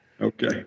Okay